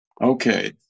Okay